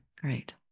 great